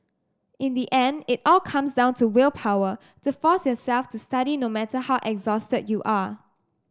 in the end it all comes down to willpower to force yourself to study no matter how exhausted you are